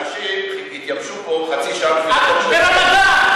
אנשים התייבשו פה חצי שעה, ברמדאן.